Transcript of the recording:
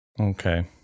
Okay